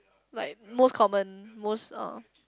like most common most uh